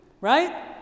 right